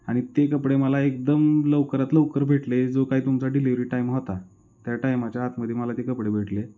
आणि ते कपडे मला एकदम लवकरात लवकर भेटले जो काही तुमचा डिलिवरी टाईम होता त्या टायमाच्या आतमध्ये मला ते कपडे भेटले